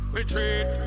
Retreat